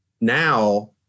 now